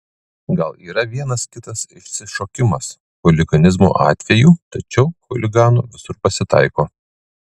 gal yra vienas kitas išsišokimas chuliganizmo atvejų tačiau chuliganų visur pasitaiko